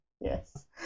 Yes